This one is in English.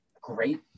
great